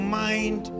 mind